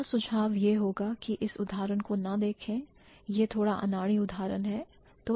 मेरा सुझाव यह होगा कि इस उदाहरण को ना देखें यह थोड़ा अनाड़ी उदाहरण है